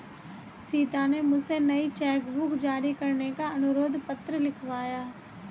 सीता ने मुझसे नई चेक बुक जारी करने का अनुरोध पत्र लिखवाया